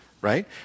right